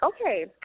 Okay